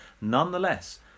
nonetheless